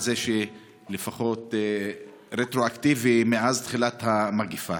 שלפחות זה יהיה רטרואקטיבית מאז תחילת המגפה.